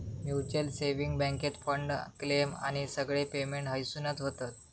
mutual saving बॅन्केत fund, claim आणि सगळे पेमेंट हयसूनच होतत